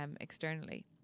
externally